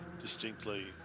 distinctly